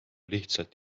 lihtsalt